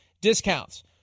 discounts